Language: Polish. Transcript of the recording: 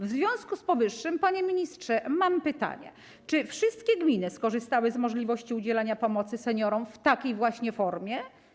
W związku z powyższym, panie ministrze, mam pytania: Czy wszystkie gminy skorzystały z możliwości udzielania pomocy seniorom w takiej formie?